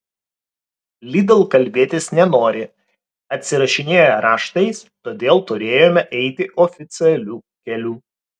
lidl kalbėtis nenori atsirašinėja raštais todėl turėjome eiti oficialiu keliu